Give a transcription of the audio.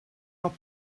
are